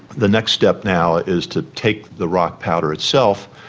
the next step now is to take the rock powder itself,